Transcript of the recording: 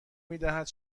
میدهد